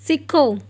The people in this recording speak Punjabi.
ਸਿੱਖੋ